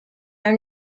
are